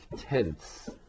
tenths